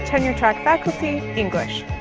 tenure track faculty, english.